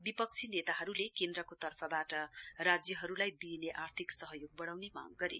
विपक्षी नेताहरूले केन्द्रको तर्फबाट राज्यहरूलाई दिइने आर्थिक सहयोग बढ़ाउने मांग गरे